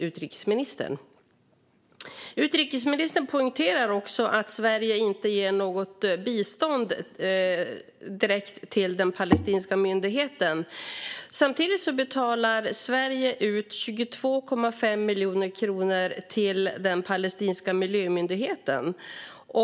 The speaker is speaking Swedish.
Utrikesministern poängterar också att Sverige inte ger något bistånd direkt till den palestinska myndigheten. Samtidigt betalar Sverige ut 22,5 miljoner kronor till den palestinska miljömyndigheten.